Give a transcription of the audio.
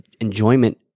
enjoyment